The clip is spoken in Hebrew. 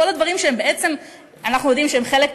כל הדברים שבעצם אנחנו יודעים שהם חלק